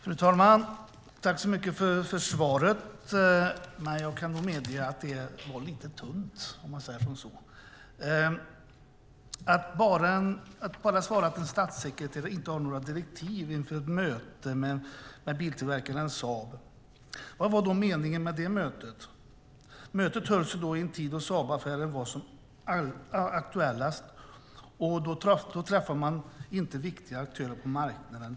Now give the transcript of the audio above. Fru talman! Tack så mycket för svaret! Jag måste dock tillstå att det var lite tunt att bara svara att en statssekreterare inte hade några direktiv inför ett möte med biltillverkaren Saab. Vad var då meningen med mötet? Mötet hölls en tid när Saabaffären var som mest aktuell, och av någon orsak träffade man inte viktiga aktörer på marknaden.